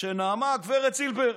שנאמה הגב' זילבר,